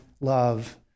love